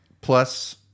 Plus